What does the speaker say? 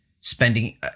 spending